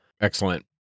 Excellent